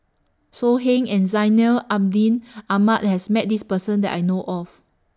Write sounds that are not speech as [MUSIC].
So Heng and Zainal Abidin [NOISE] Ahmad has Met This Person that I know of